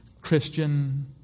Christian